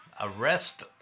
Arrest